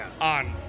on